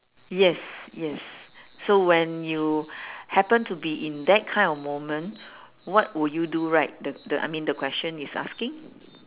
yes yes so when you happen to be in that kind of moment what would you do right the the I mean the question is asking